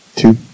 two